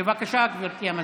בבקשה, גברתי המזכירה.